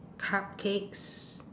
cupcakes